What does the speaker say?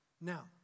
Now